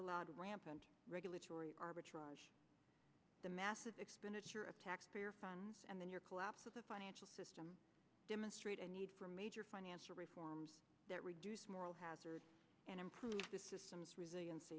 allowed rampant regulatory arbitrage the massive expenditure of taxpayer funds and then your collapse of the financial system demonstrate a need for major financial reforms that reduce moral hazard and improve the system's resilienc